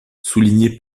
soulignée